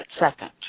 second